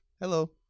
hello